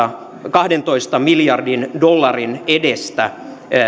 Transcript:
kahdentoista miljardin dollarin edestä